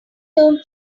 term